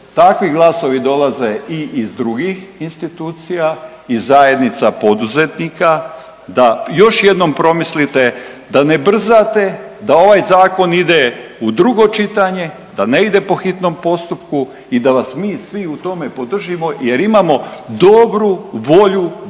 takvi glasovi dolaze i iz drugih institucija i zajednica poduzetnika da još jednom promislite, da ne brzate da ovaj zakon ide u drugo čitanje, da ne ide po hitnom postupku i da vas mi svi u tome podržimo jer imamo dobru volju da